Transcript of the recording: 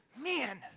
man